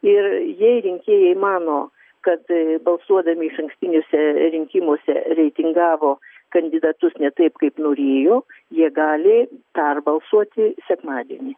ir jei rinkėjai mano kad balsuodami išankstiniuose rinkimuose reitingavo kandidatus ne taip kaip norėjo jie gali perbalsuoti sekmadienį